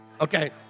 Okay